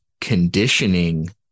conditioning